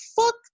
fuck